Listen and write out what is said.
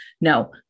no